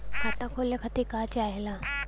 खाता खोले खातीर का चाहे ला?